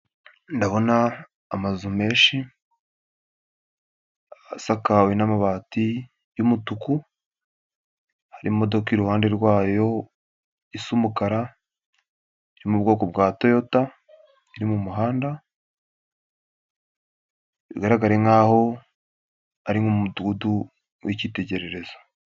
Ndabona amazu menshi asakawe n'amabati y'umutuku, hari imodoka iruhande rwayo isa umukara iri mu bwoko bwa Toyota iri mu muhanda bigaraga nkaho ari mu Mudugudu w'icyitegererezo.